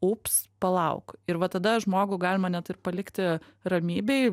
ups palauk ir va tada žmogų galima net ir palikti ramybėj